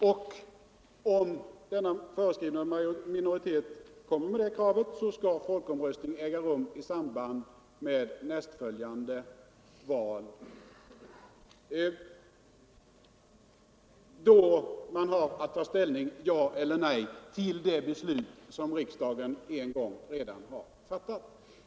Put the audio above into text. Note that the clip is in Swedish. Och om denna föreskrivna minoritet lägger fram krav om folkomröstning skall folkomröstningen äga rum i samband med nästföljande val, då väljarna har att ta ställning — ja eller nej — till det beslut som riksdagen en gång har fattat.